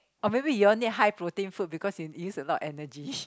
oh maybe you all need high protein food because you use a lot of energy